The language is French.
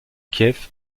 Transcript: kiev